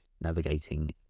navigating